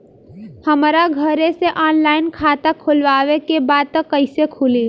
हमरा घरे से ऑनलाइन खाता खोलवावे के बा त कइसे खुली?